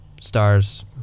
Stars